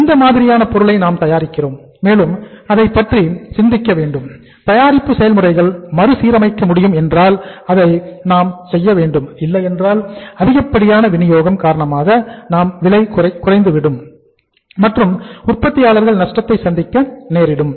எந்த மாதிரியான பொருளை நாம் தயாரிக்கிறோம் மேலும் நாம் அதைப்பற்றி சிந்திக்க வேண்டும் தயாரிப்பு செயல்முறைகள் மறுசீரமைக்க முடியும் என்றால் அதை மாம் செய்ய வேண்டும் இல்லையென்றால் அதிகப்படியான வினியோகம் காரணமாக விலை குறைந்துவிடும் மற்றும் உற்பத்தியாளர்கள் நஷ்டத்தை சந்திக்க நேரிடும்